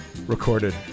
recorded